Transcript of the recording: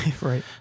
Right